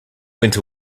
went